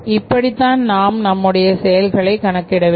இப்படித்தான் நாம் நம்முடைய செயல்களை கணக்கிடவேண்டும்